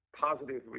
positive